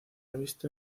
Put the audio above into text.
visto